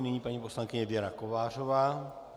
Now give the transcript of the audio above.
Nyní paní poslankyně Věra Kovářová.